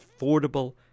affordable